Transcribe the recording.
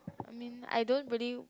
I mean I don't really